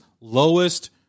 lowest